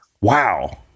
wow